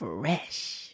Fresh